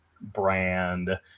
brand